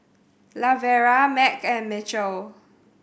Lavera Mack and Mitchell